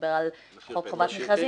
שמדבר על חוק חובת מכרזים,